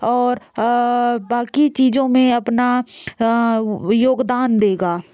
और बाकी चीज़ों में अपना योगदान देगा